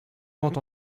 ventes